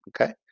Okay